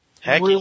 Heck